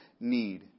need